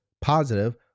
positive